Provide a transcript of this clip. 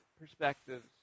perspectives